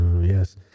Yes